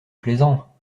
plaisant